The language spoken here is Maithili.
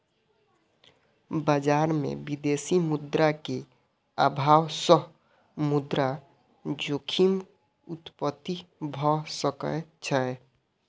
बजार में विदेशी मुद्रा के अभाव सॅ मुद्रा जोखिम उत्पत्ति भ सकै छै